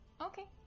Okay